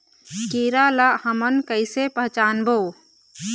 कीरा ला हमन कइसे पहचानबो?